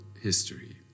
history